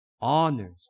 honors